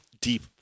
deep